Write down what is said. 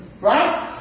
Right